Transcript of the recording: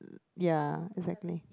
ya exactly